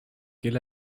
quel